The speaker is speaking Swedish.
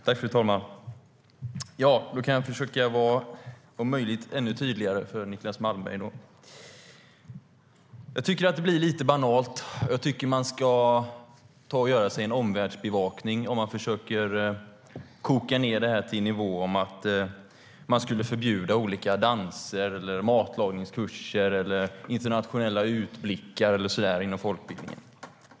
Fru talman! Jag ska om möjligt försöka att vara ännu tydligare för Niclas Malmberg. Det blir lite banalt och jag tycker att man ska göra en omvärldsbevakning om man försöker koka ned detta till en nivå om att förbjuda olika danser, matlagningskurser, internationella utblickar och så vidare inom folkbildningen.